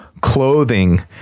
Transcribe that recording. clothing